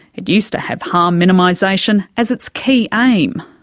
it used to have harm minimisation as its key aim,